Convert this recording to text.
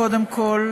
קודם כול,